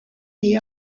the